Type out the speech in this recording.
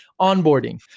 onboarding